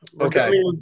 Okay